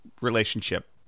relationship